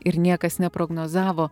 ir niekas neprognozavo